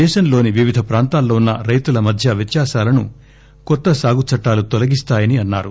దేశంలోని వివిధ ప్రాంతాల్లో ఉన్న రైతుల మధ్య వ్యత్యాసాలను కొత్త సాగుచట్టాలు తొలగిస్తాయని అన్నారు